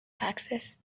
axis